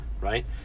right